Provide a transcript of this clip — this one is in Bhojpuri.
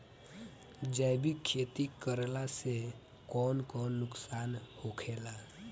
जैविक खेती करला से कौन कौन नुकसान होखेला?